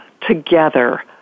together